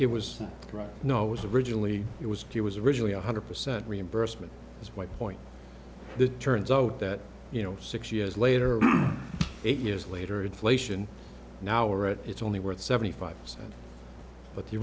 it was right no it was originally it was he was originally one hundred percent reimbursement is my point that turns out that you know six years later eight years later inflation now are at it's only worth seventy five percent but the